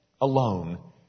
alone